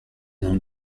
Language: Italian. non